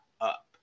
up